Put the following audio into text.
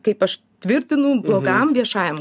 kaip aš tvirtinu blogam viešajam